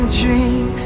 dream